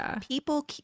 people